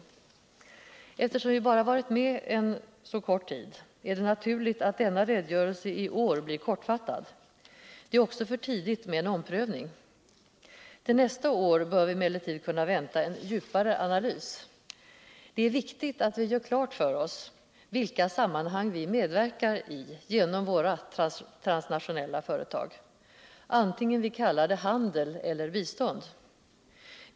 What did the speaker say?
Eftersom vi bara varit med så kort tid är det naturligt att denna redogörelse i år blir kortfattad. Det är också för tidigt med en omprövning. Till nästa år bör vi emellertid kunna vänta en djupare analys. Det är viktigt att vi gör klart för oss vilka sammanhang vi medverkar i genom våra transnationella företag, vare sig vi kallar det handel eller bistånd.